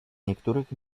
niektórych